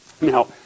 Now